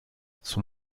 son